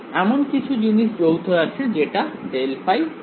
এখন কিছু জিনিস যৌথ আছে যেটা ∇ϕ ·